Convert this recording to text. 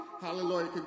hallelujah